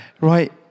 right